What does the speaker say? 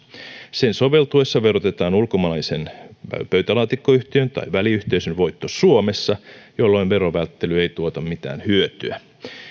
sen soveltuessa verotetaan ulkomaalaisen pöytälaatikkoyhtiön tai väliyhteisön voitto suomessa jolloin verovälttely ei tuota mitään hyötyä